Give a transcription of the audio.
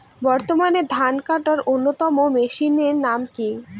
বর্তমানে ধান কাটার অন্যতম মেশিনের নাম কি?